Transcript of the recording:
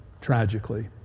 tragically